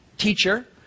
Teacher